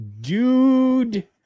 dude